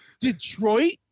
Detroit